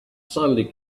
suddenly